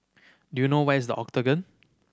do you know where is The Octagon